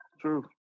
true